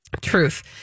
truth